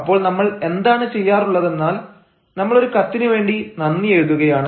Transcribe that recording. അപ്പോൾ നമ്മൾ എന്താണ് ചെയ്യാറുള്ളതെന്നാൽ നമ്മൾ ഒരു കത്തിന് വേണ്ടി നന്ദി എഴുതുകയാണ്